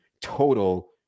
total